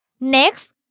Next